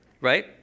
right